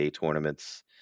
tournaments